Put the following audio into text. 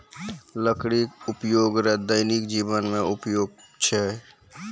लकड़ी उपयोग रो दैनिक जिवन मे उपयोग छै